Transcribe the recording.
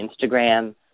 Instagram